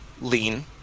lean